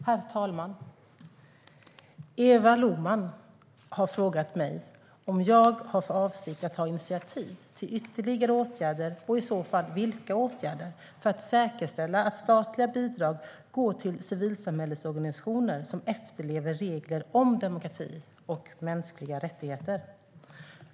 Herr talman! Eva Lohman har frågat mig om jag har för avsikt att ta initiativ till ytterligare åtgärder - och i så fall vilka åtgärder - för att säkerställa att statliga bidrag går till civilsamhällesorganisationer som efterlever regler om demokrati och mänskliga rättigheter.